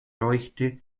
leuchte